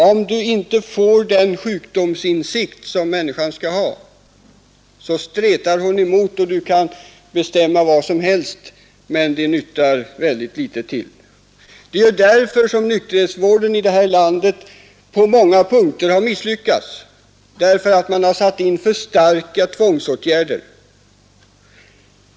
Om inte sjukdomsinsikten finns så stretar människan emot — och du kan bestämma vad som helst, men det nyttar väldigt litet till. Det är därför som nykterhetsvården i det här landet på många punkter har misslyckats — man har satt in för starka tvångsåtgärder.